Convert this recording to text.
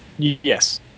Yes